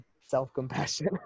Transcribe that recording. self-compassion